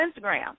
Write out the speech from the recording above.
Instagram